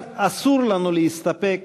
אבל אסור לנו להסתפק